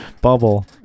bubble